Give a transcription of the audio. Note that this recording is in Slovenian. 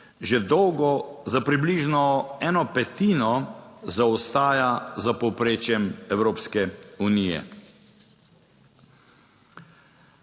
že dolgo za približno eno petino zaostaja za povprečjem Evropske unije.